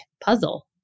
puzzle